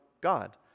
God